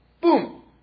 boom